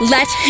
Let